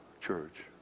Church